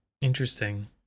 Interesting